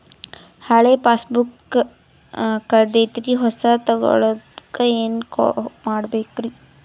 ಹಳೆ ಪಾಸ್ಬುಕ್ ಕಲ್ದೈತ್ರಿ ಹೊಸದ ತಗೊಳಕ್ ಏನ್ ಮಾಡ್ಬೇಕರಿ?